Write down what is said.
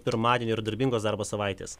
pirmadienio ir darbingos darbo savaitės